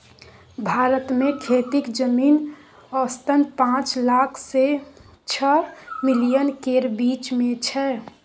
भारत मे खेतीक जमीन औसतन पाँच लाख सँ छअ मिलियन केर बीच मे छै